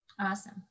Awesome